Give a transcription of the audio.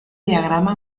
diagrama